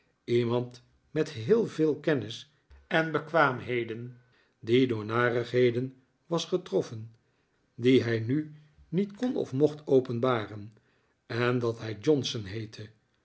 iemand met heel veel kennis en bekwaamheden die door narigheden was getroffen die hij nu niet kon of mocht openbaren en dat hij johnson heette